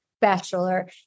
bachelor